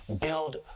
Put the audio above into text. build